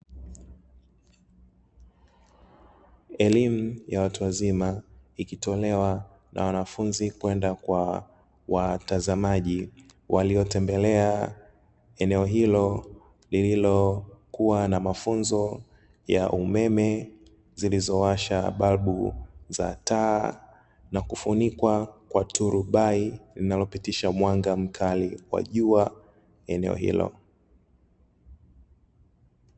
Elimu ya watu wazima ikitolewa na wanafunzi kwenda kwa watazamaji waliotembelea eneo hilo lililokuwa na mafunzo ya umeme zilizowasha balbu za taa, na kufunikwa kwa turubai linalopitisha mwanga mkali wa jua eneo hilo.